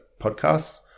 podcasts